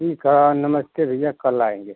ठीक है नमस्ते भैया कल आएँगे